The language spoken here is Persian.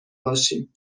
باشیم